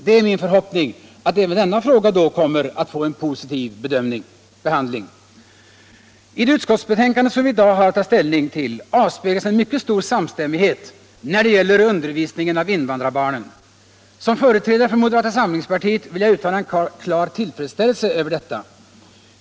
Det är min förhoppning att även denna fråga då kommer att få en positiv behandling. I det utskottsbetänkande som vi i dag har att ta ställning till avspeglas en mycket stor samstämmighet när det gäller undervisningen av invandrarbarnen. Som företrädare för moderata samlingspartiet vill jag uttala en klar tillfredsställelse över detta.